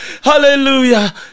Hallelujah